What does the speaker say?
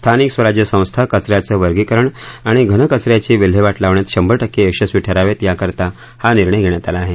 स्थानिक स्वराज्य संस्था कच याचं वर्गीकरण आणि घनकच याची व्हिल्हेवाट लावण्यात शंभर टक्के यशस्वी ठराव्यात याकरता हा निर्णय घेण्यात आला आहे